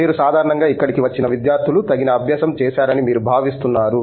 మీరు సాధారణంగా ఇక్కడికి వచ్చిన విద్యార్థులు తగిన అభ్యసం చేశారని మీరు భావిస్తున్నారా